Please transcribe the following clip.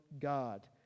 God